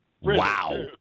Wow